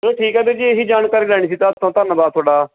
ਚਲੋ ਠੀਕ ਆ ਵੀਰ ਜੀ ਇਹੀ ਜਾਣਕਾਰੀ ਲੈਣੀ ਸੀ ਤੁਹਾਡੇ ਤੋਂ ਧੰਨਵਾਦ ਤੁਹਾਡਾ